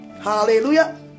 Hallelujah